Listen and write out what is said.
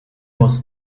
was